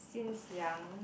since young